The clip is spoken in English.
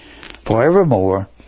forevermore